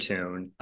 Tune